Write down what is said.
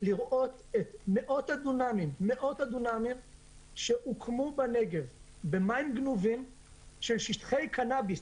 לראות את מאות הדונמים שהוקמו בנגב במים גנובים של שטחי קנביס